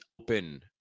open